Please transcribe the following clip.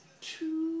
two